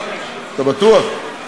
בפ"א דגושה.